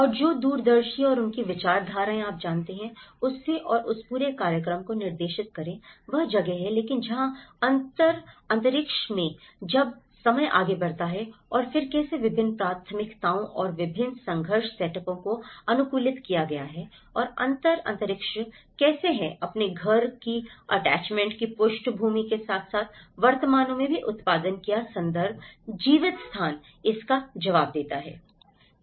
और जो दूरदर्शी और उनकी विचारधाराएँ आप जानते हैं उससे और उस पूरे कार्यक्रम को निर्देशित करें वह जगह है लेकिन जहां अंतर अंतरिक्ष में जब समय आगे बढ़ता है और फिर कैसे विभिन्न प्राथमिकताओं और विभिन्न संघर्ष सेटअपों को अनुकूलित किया गया है और अंतर अंतरिक्ष कैसे है अपने घर की अटैचमेंट की पृष्ठभूमि के साथ साथ वर्तमान में भी उत्पादन किया संदर्भ जीवित स्थान इसका जवाब देता है